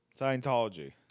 Scientology